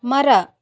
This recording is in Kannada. ಮರ